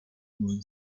moon